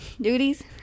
duties